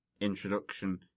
introduction